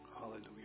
Hallelujah